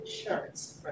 insurance